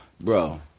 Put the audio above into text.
Bro